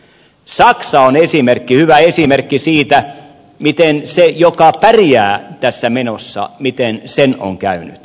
saksa on hyvä esimerkki siitä miten sen joka pärjää tässä menossa on käynyt